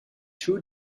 two